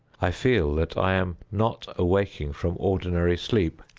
i feel that i am not awaking from ordinary sleep.